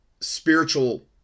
spiritual